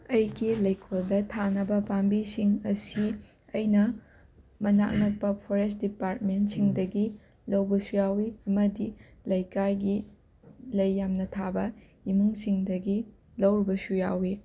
ꯑꯩꯒꯤ ꯂꯩꯀꯣꯜꯗ ꯊꯥꯅꯕ ꯄꯥꯝꯕꯤꯁꯤꯡ ꯑꯁꯤ ꯑꯩꯅ ꯃꯅꯥꯛ ꯅꯛꯄ ꯐꯣꯔꯦꯁꯠ ꯗꯤꯄꯥꯔꯠꯃꯦꯟꯁꯤꯡꯗꯒꯤ ꯂꯧꯕꯁꯨ ꯌꯥꯎꯏ ꯑꯃꯗꯤ ꯂꯩꯀꯥꯏꯒꯤ ꯂꯩ ꯌꯥꯝꯅ ꯊꯥꯕ ꯏꯃꯨꯡꯁꯤꯡꯗꯒꯤ ꯂꯧꯔꯨꯕꯁꯨ ꯌꯥꯎꯏ